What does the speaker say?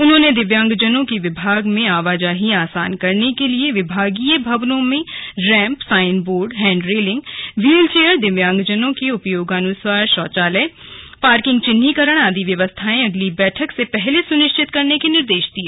उन्होंने दिव्यांगजनों की विभाग में आवाजाही आसान करने के लिए विभागीय भवनों में ramp sign board hand railing wheelchair दिव्यांगजन के उपयोगानुसार शौचालय पार्किंग चिन्हीकरण आदि व्यवस्थाएं अगली बैठक से पहले सुनिश्चित करने के भी निर्देश दिये